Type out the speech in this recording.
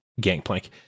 Gangplank